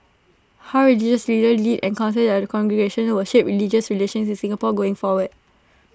how religious leaders lead and counsel their congregations will shape religious relations in Singapore going forward